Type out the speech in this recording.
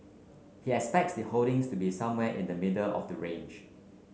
he expects the holdings to be somewhere in the middle of the range